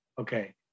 okay